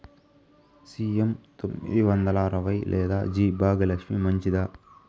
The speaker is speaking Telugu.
సి.ఎం తొమ్మిది వందల అరవై లేదా జి భాగ్యలక్ష్మి మంచిదా?